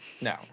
No